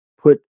put